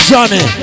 Johnny